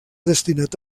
destinat